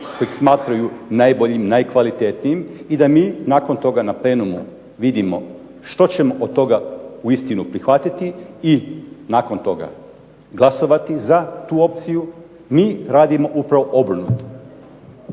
kojeg smatraju najboljim, najkvalitetnijim i da mi nakon toga na plenumu vidimo što ćemo od toga uistinu prihvatiti i nakon toga glasovati za tu opciju, mi radimo upravo obrnuto.